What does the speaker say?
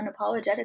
unapologetically